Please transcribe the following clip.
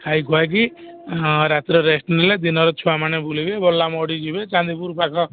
ଖାଇ ଖୁଆକି ରାତିରେ ରେଷ୍ଟ ନେଲେ ଦିନରେ ଛୁଆମାନେ ବୁଲିବେ ବଲାମଗଡ଼ି ଯିବେ ଚାନ୍ଦିପୁର ପାଖ